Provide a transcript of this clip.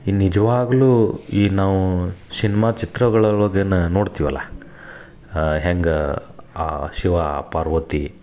ಇಲ್ಲಿ ನಿಜ್ವಾಗಲೂ ಈ ನಾವು ಸಿನಿಮಾ ಚಿತ್ರಗಳಲ್ಲಿ ಅದೇನ ನೋಡ್ತೀವಲ್ಲ ಹೆಂಗೆ ಆ ಶಿವ ಪಾರ್ವತಿ